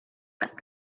that